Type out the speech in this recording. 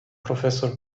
professor